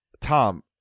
Tom